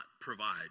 provide